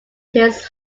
his